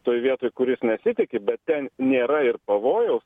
toj vietoj kur jis nesitiki bet ten nėra ir pavojaus